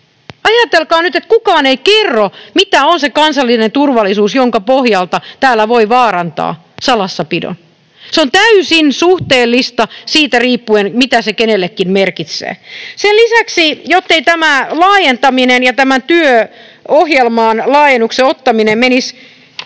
Ajatelkaa nyt, että kukaan ei kerro, mitä on se kansallinen turvallisuus, jonka pohjalta täällä voi vaarantaa salassapidon. Se on täysin suhteellista siitä riippuen, mitä se kenellekin merkitsee. Jottei tämä laajentaminen ja tämä työohjelmaan laajennuksen ottaminen menisi